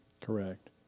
Correct